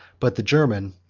but the german,